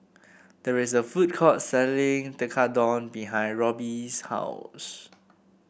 there's a food court selling Tekkadon behind Robby's house